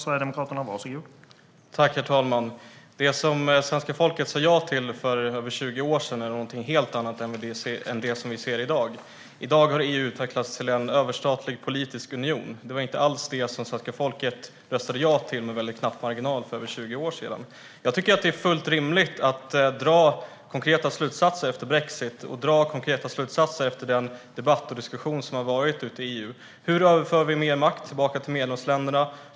Herr talman! Det som svenska folket sa ja till för över 20 år sedan är någonting helt annat än det vi ser i dag. I dag har EU utvecklats till en överstatlig politisk union. Det var inte alls det som svenska folket röstade ja till med väldigt knapp marginal för över 20 år sedan. Jag tycker att det är fullt rimligt att dra konkreta slutsatser efter brexit och den debatt och diskussion som har varit i EU. Hur överför vi mer makt tillbaka till medlemsländerna?